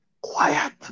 quiet